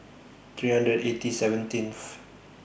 three hundred eighty seventeenth